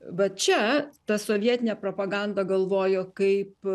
va čia ta sovietinė propaganda galvojo kaip